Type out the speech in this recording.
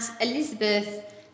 Elizabeth